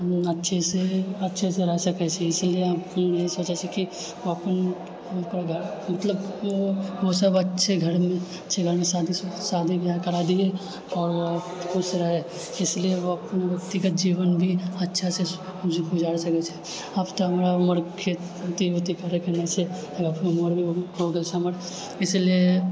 अच्छे से अच्छे से रह सकैत छै इसीलिए हम इएह सोचे छिऐ कि मतलब ओ सब अच्छे घरमे अच्छे घरमे शादी बिआह कराए दिऐ आओर खुश रहए इसलिए ओ अपन व्यक्तिगत जीवन भी अच्छा से गुजार सकैत छै आब तऽ हमरा उमर नहि छै उमर भी भए गेल छै हमर इसलिए